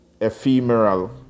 ephemeral